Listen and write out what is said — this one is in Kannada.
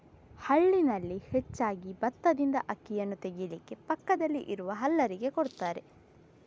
ಹಳ್ಳಿನಲ್ಲಿ ಹೆಚ್ಚಾಗಿ ಬತ್ತದಿಂದ ಅಕ್ಕಿಯನ್ನ ತೆಗೀಲಿಕ್ಕೆ ಪಕ್ಕದಲ್ಲಿ ಇರುವ ಹಲ್ಲರಿಗೆ ಕೊಡ್ತಾರೆ